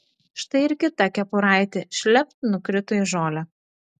štai ir kita kepuraitė šlept nukrito į žolę